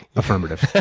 affirmative.